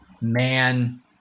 man